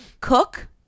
Cook